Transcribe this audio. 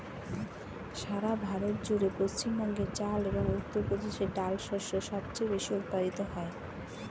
সারা ভারত জুড়ে পশ্চিমবঙ্গে চাল এবং উত্তরপ্রদেশে ডাল শস্য সবচেয়ে বেশী উৎপাদিত হয়